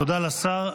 תודה לשר.